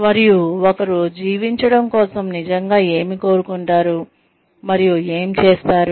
మరియు ఒకరు జీవించడం కోసం నిజంగా ఏమి కోరుకుంటారు మరియు ఎం చేస్తారు